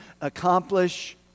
accomplish